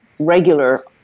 regular